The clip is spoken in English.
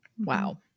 Wow